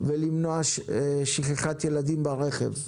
ולמנוע שכחת ילדים ברכב.